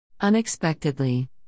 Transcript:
Unexpectedly